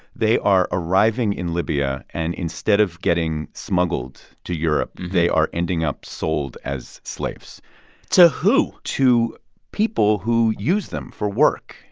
they are arriving in libya, and instead of getting smuggled to europe, they are ending up sold as slaves to who? to people who use them for work.